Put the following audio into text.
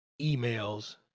emails